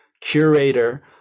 curator